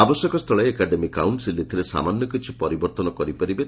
ଆବଶ୍ୟକ ସ୍ତୁଳେ academy council ଏଥିରେ ସାମାନ୍ୟ କିଛି ପରିବର୍ତ୍ତନ କରିପାରିବେ